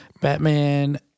Batman